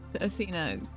Athena